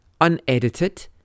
unedited